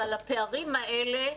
ועל הפערים האלה,